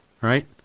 right